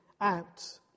out